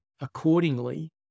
accordingly